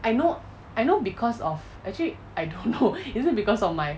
I know I know because of actually I don't know is it because of my